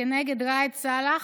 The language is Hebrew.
כנגד ראאד סלאח,